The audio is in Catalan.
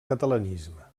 catalanisme